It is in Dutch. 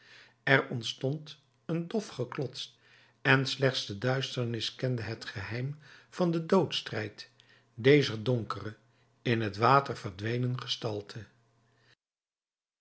er ontstond een dof geklots en slechts de duisternis kende het geheim van den doodsstrijd dezer donkere in het water verdwenen gestalte